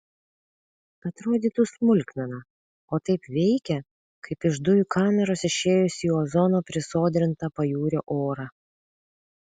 atrodytų smulkmena o taip veikia kaip iš dujų kameros išėjus į ozono prisodrintą pajūrio orą